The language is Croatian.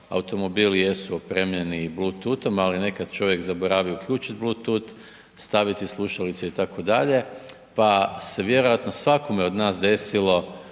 automobili jesu opremljeni Bleutooth-om, ali nekad čovjek zaboravi uključit Bleutooth, staviti slušalice itd., pa se vjerojatno svakome od nas desilo